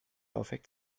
laufwerk